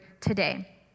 today